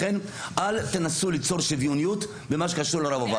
לכן אל תנסו ליצור שוויוניות במה שקשור לרב עובדיה.